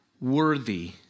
worthy